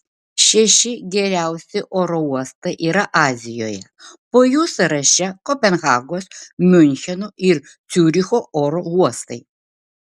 šeši geriausi oro uostai yra azijoje po jų sąraše kopenhagos miuncheno ir ciuricho oro uostai